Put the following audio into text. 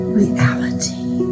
reality